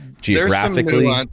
geographically